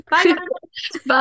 Bye